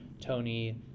Tony